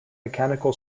mechanical